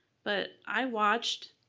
but i watched,